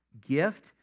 gift